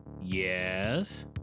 Yes